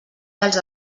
dels